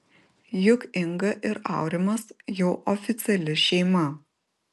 juk inga ir aurimas jau oficiali šeima